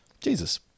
Jesus